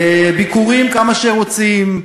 ביקורים כמה שהם רוצים.